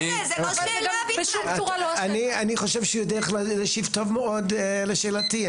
זה לא שאלה בכלל -- אני חושב שהוא יודע להשיב טוב מאוד לשאלתי,